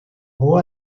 rohr